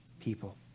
people